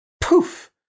poof